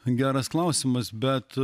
geras klausimas bet